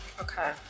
Okay